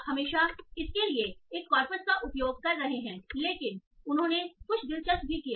आप हमेशा इसके लिए एक कॉर्पस का उपयोग कर रहे हैंलेकिन उन्होंने कुछ दिलचस्प भी किया